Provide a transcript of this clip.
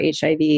HIV